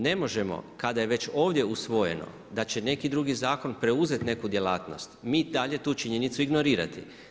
Ne možemo kada je već ovdje usvojeno da će neki drugi zakon preuzeti neku djelatnost, mi dalje tu činjenicu ignorirati.